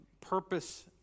purpose